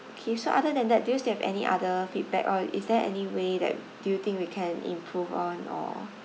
okay so other than that do you still have any other feedback or is there any way that do you think we can improve on or